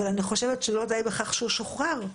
אבל אני חושבת שלא דיי בכך שהוא שוחרר.